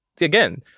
again